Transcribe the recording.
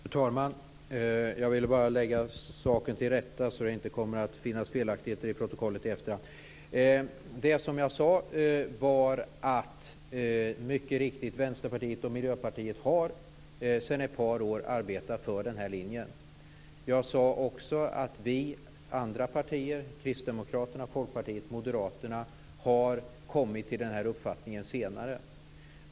Fru talman! Jag ville bara lägga saken till rätta så att det inte finns felaktigheter i protokollet i efterhand. Vad jag sade var att Vänsterpartiet och Miljöpartiet mycket riktigt sedan ett par år har arbetat för den här linjen. Jag sade också att vi andra partier - Kristdemokraterna, Folkpartiet och Moderaterna - har kommit till den här uppfattningen senare.